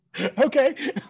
Okay